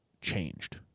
changed